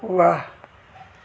वाह